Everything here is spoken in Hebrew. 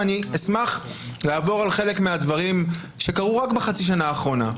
ואני אשמח לעבור על חלק מהדברים שקרו רק בחצי שנה האחרונה.